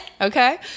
Okay